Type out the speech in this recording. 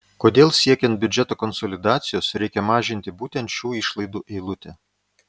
kodėl siekiant biudžeto konsolidacijos reikia mažinti būtent šių išlaidų eilutę